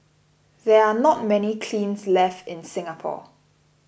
there are not many kilns left in Singapore